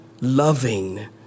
loving